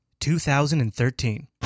2013